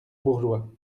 bourgeois